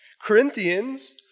Corinthians